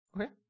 Okay